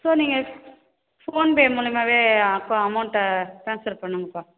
so நீங்கள் PhonePe மூலியமாகவே அக் அமௌண்ட்டை ட்ரான்ஸ்ஃபர் பண்ணுங்கப்பா